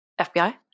FBI